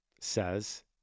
says